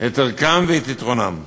את ערכם ואת יתרונם.